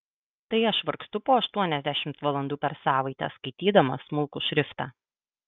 tai aš vargstu po aštuoniasdešimt valandų per savaitę skaitydama smulkų šriftą